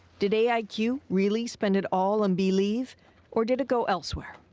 did a i q. really spend it all on beleave or did it go elsewhere?